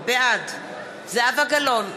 בעד זהבה גלאון,